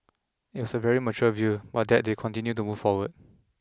and it was a very mature view but that they continue to move forward